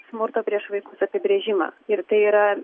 smurto prieš vaikus apibrėžimą ir tai yra